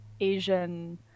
asian